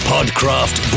PodCraft